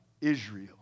Israel